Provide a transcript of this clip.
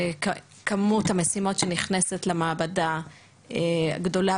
כמות המשימות שנכנסת למעבדה גדולה